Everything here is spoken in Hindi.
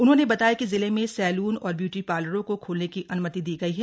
उन्होंने बताया कि जिले में सैलून और ब्यूटी पार्लरों को खोलने की अन्मति दी गई है